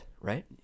right